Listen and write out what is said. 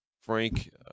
frank